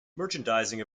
merchandising